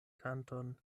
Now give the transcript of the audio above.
kanton